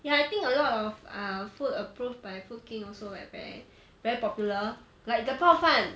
ya I think a lot of err food approved by food king also like very very popular like the 泡饭